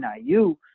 NIU